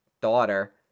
daughter